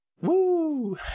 Woo